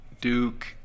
Duke